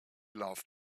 laughed